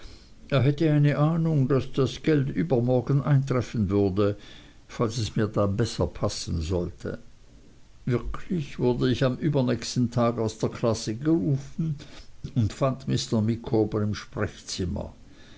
er hätte eine ahnung daß das geld übermorgen eintreffen würde falls es mir dann besser passen sollte wirklich wurde ich am übernächsten tag aus der klasse gerufen und fand mr micawber im sprechzimmer